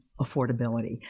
affordability